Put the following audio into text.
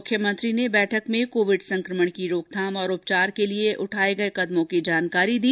मुख्यमंत्री ने बैठक में कोविड संकमण की रोकथाम और उपचार के लिए उठाए गए कदमों की जानकारी दी